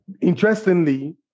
Interestingly